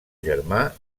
germà